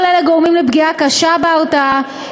כל אלה גורמים לפגיעה קשה בהרתעה,